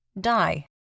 die